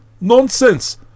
Nonsense